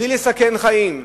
בלי לסכן חיים,